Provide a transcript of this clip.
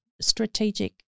strategic